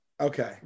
Okay